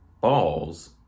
balls